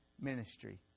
ministry